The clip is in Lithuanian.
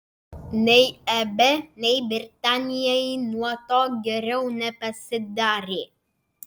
nei eb nei britanijai nuo to geriau nepasidarė